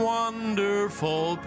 wonderful